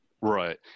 Right